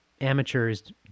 amateurs